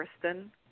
Kristen